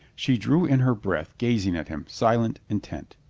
she drew in her breath, gazing at him, silent, intent.